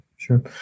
Sure